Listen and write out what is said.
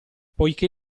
poiché